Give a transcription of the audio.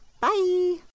Bye